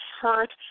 hurt